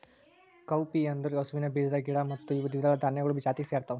cowpea ಅಂದುರ್ ಹಸುವಿನ ಬೀಜದ ಗಿಡ ಮತ್ತ ಇವು ದ್ವಿದಳ ಧಾನ್ಯಗೊಳ್ ಜಾತಿಗ್ ಸೇರ್ತಾವ